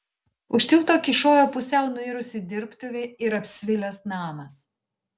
už tilto kyšojo pusiau nuirusi dirbtuvė ir apsvilęs namas